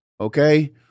Okay